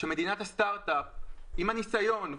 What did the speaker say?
שמדינת הסטרטאפ עם הניסיון,